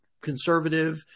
conservative